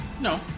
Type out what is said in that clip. No